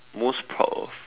most proud of